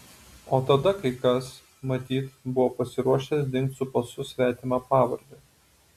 o tada kai kas matyt buvo pasiruošęs dingt su pasu svetima pavarde